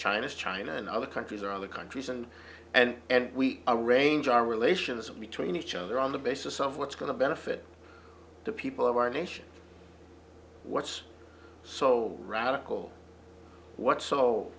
china china and other countries or other countries and and and we arrange our relations and between each other on the basis of what's going to benefit the people of our nation what's so radical what